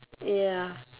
ya